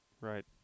Right